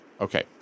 Okay